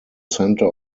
center